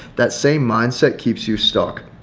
that same mindset keeps you stuck.